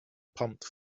pumped